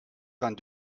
vingt